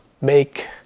make